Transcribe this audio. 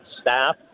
staff